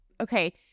Okay